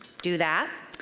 do that.